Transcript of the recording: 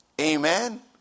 amen